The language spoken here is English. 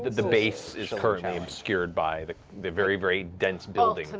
the the base is currently obscured by the the very, very dense buildings. and